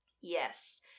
yes